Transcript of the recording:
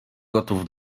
gotów